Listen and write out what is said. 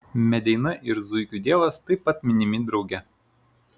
medeina ir zuikių dievas taip pat minimi drauge